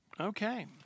Okay